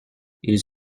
ils